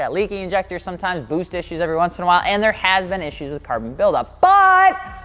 yeah leaky injectors sometimes, boost issues every once in a while, and there has been issues with carbon buildup, but,